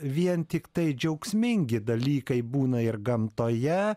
vien tiktai džiaugsmingi dalykai būna ir gamtoje